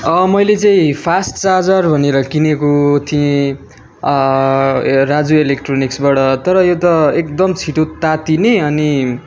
मैले चाहिँ fast charger भनेर किनेको थिएँ ए राजु इलेक्ट्रोनिक्सबाट तर यो त एकदम छिटो तातिने अनि